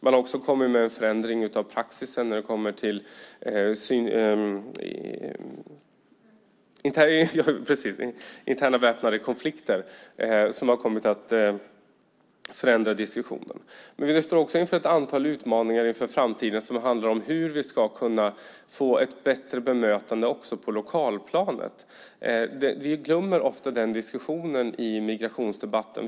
Man har också kommit med en förändring av praxisen när det gäller interna väpnade konflikter och som har kommit att förändra diskussionen. Men vi står också inför ett antal utmaningar inför framtiden som handlar om hur vi ska kunna få ett bättre bemötande också på lokalplanet. Vi glömmer ofta den diskussionen i migrationsdebatten.